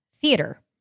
theater